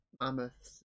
mammoths